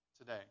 today